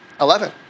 Eleven